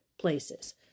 places